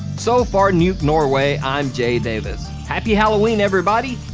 so for nukenorway, i'm jay davis. happy halloween everybody!